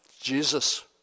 Jesus